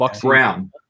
Brown